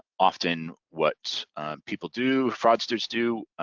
often what people do, fraudsters do,